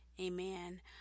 amen